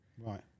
Right